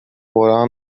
قران